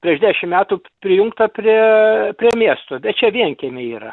prieš dešim metų prijungta prie prie miesto bet čia vienkiemiai yra